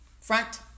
Front